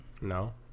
No